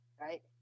right